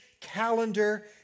calendar